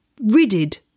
ridded